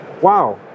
wow